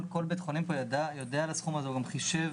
כל בית חולים פה יודע על הסכום הזה וגם חישב